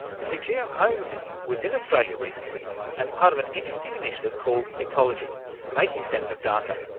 you see, geo homsy was in australia recently as part of an interesting initiative called echology making sense of data,